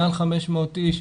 מעל 500 איש,